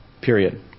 period